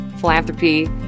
philanthropy